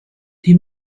die